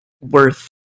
worth